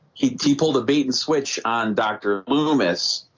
he pulled a bait and switch on dr. loomis.